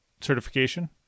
certification